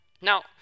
Now